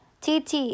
TT